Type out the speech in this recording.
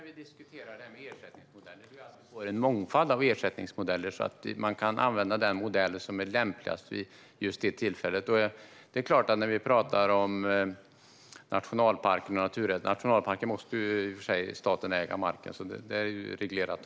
Fru talman! Det viktiga är att vi får en mångfald av ersättningsmodeller, så att man kan använda den modell som är lämpligast vid just det tillfället. Staten måste ju äga marken i nationalparker, så det är reglerat och klart.